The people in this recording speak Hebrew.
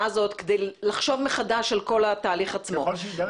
כדי לחשוב מחדש על כל התהליך עצמו -- ככל שיידרש.